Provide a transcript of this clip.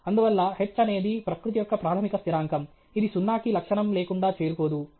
అందువల్ల h అనేది ప్రకృతి యొక్క ప్రాథమిక స్థిరాంకం ఇది సున్నాకి లక్షణం లేకుండా చేరుకోదు ఇది 6